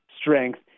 strength